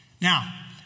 Now